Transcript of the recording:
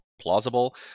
plausible